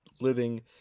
living